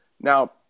Now